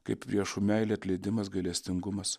kaip priešų meilė atleidimas gailestingumas